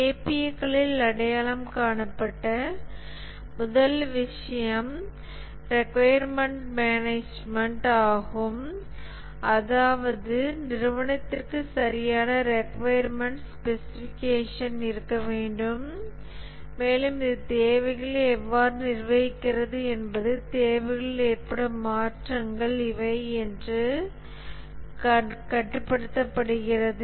KPA களில் அடையாளம் காணப்பட்ட முதல் விஷயம் ரிக்கொயர்மென்ட்கள் மேனேஜ்மென்ட் ஆகும் அதாவது நிறுவனத்திற்கு சரியான ரிக்கொயர்மென்ட் ஸ்பெசிஃபிகேஷன் இருக்க வேண்டும் மேலும் இது தேவைகளை எவ்வாறு நிர்வகிக்கிறது என்பது தேவைகளில் ஏற்படும் மாற்றங்கள் இவை எவ்வாறு கட்டுப்படுத்தப்படுகின்றன